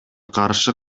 каршы